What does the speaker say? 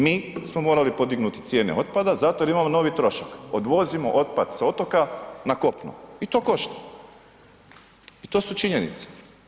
Mi smo morali podignuti cijene otpada zato jer imamo novi trošak, odvozimo otpad sa otpada na kopno i to košta i to su činjenice.